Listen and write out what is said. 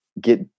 get